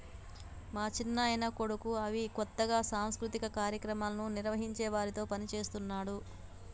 మా చిన్నాయన కొడుకు అవి కొత్తగా సాంస్కృతిక కార్యక్రమాలను నిర్వహించే వారితో పనిచేస్తున్నాడు